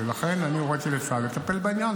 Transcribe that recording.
ולכן אני הוריתי לצה"ל לטפל בעניין,